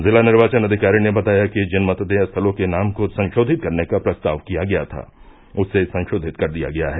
जिला निर्वाचन अधिकारी ने बताया कि जिन मतदेय स्थलों के नाम को संशोधित करने का प्रस्ताव किया गया था उसे संशोधित कर दिया गया है